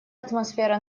атмосфера